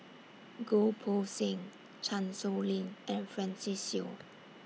Goh Poh Seng Chan Sow Lin and Francis Seow